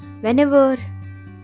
Whenever